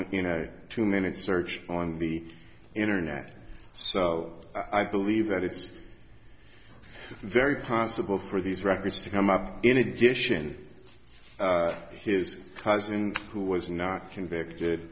point you know two minutes search on the internet so i believe that it's very possible for these records to come up in addition his cousin who was not convicted